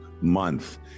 Month